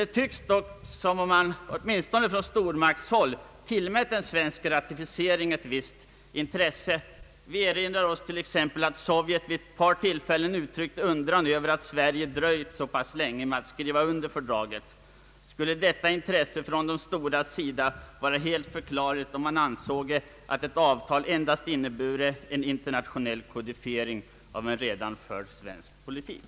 Det tycks dock som om man i varje fall från stormaktshåll tillmäter en svensk ratificering ett visst intresse. Vi kan t.ex. erinra oss att Sovjetunionen vid ett par tillfällen uttryckt undran över att Sverige dröjt så pass länge med att skriva under fördraget. Skulle ett sådant intresse från stormaktshåll vara tillfredsställande förklarat om man ansåg att ett avtal endast innebar en internationell kodifiering av en redan förd politik?